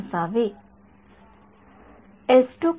विद्यार्थी घ्या